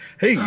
Hey